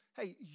Hey